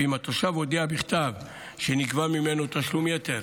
ואם התושב הודיע בכתב שנגבה ממנו תשלום יתר,